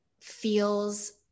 feels